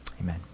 amen